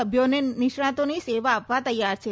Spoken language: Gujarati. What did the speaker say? સભ્યોને નિષ્ણાંતોની સેવા આપવા તૈયાર છે